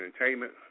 Entertainment